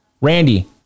Randy